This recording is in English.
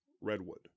Redwood